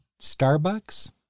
Starbucks